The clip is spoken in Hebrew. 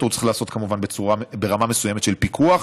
הוא צריך להיעשות כמובן ברמה מסוימת של פיקוח,